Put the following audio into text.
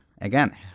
again